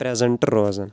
present روزان